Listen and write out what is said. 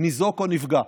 ניזוק או נפגע.